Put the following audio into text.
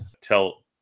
tell